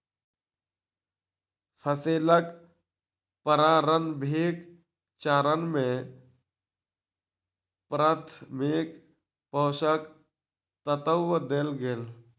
फसीलक प्रारंभिक चरण में प्राथमिक पोषक तत्व देल गेल